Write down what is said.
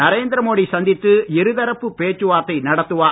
நரேந்திரமோடி சந்தித்து இருதரப்பு பேச்சுவார்த்தை நடத்துவார்